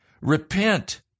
Repent